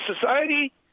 society